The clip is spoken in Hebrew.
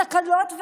התקלות,